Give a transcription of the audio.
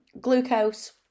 glucose